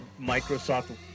Microsoft